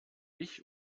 ich